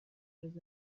اونجا